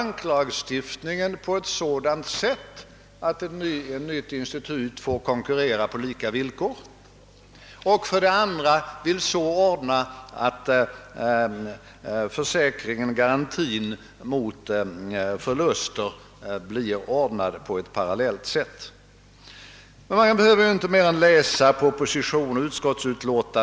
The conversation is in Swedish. Om vi skall få en snabb ekonomisk utveckling — inklusive strukturrationalisering — beror främst på att de totala kapitaltillgångarna och kostnadsförhållandena kan ge vårt näringsliv möjlighet att konkurrera — med hjälp av en stigande effektivitet.